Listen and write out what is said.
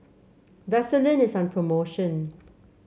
vaselin is on promotion